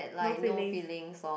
no feelings